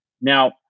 Now